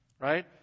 Right